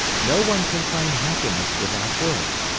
no one can find happiness without work.